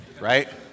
right